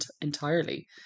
entirely